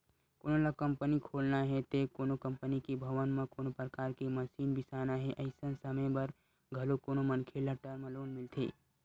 कोनो ल कंपनी खोलना हे ते कोनो कंपनी के भवन म कोनो परकार के मसीन बिसाना हे अइसन समे बर घलो कोनो मनखे ल टर्म लोन मिलथे